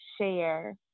share